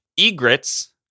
Egrets